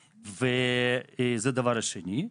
זה הדבר השני.